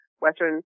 Western